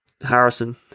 Harrison